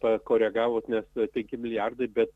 pakoregavot nes penki milijardai bet